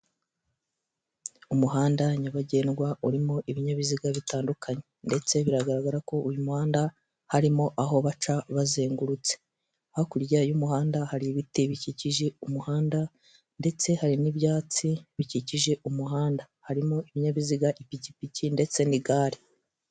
Umuhanda nyabagendwa urimo ibinyabiziga bitandukanye ndetse biragaragara ko uyu muhanda harimo aho baca bazengurutse. Hakurya y'umuhanda har’ibiti bikikije umuhanda ndetse hari n'ibyatsi bikikije umuhanda. Harimo ibinyabiziga: ipikipiki ndetse n'igare.